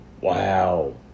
wow